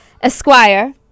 Esquire